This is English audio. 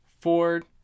Ford